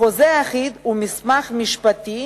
החוזה האחיד הוא מסמך משפטי